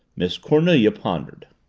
miss cornelia pondered.